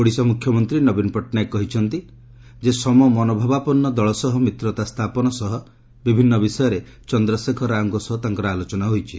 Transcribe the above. ଓଡ଼ିଶା ମୁଖ୍ୟମନ୍ତ୍ରୀ ନବୀନ ପଟ୍ଟନାୟକ କହିଛନ୍ତି ଯେ ସମମନୋଭାବାପନ୍ନ ଦଳ ସହ ମିତ୍ରତା ସ୍ଥାପନ ସହ ବିଭିନ୍ନ ବିଷୟରେ ଚନ୍ଦ୍ରଶେଖର ରାଓଙ୍କ ସହ ତାଙ୍କର ଆଲୋଚନା ହୋଇଛି